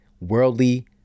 worldly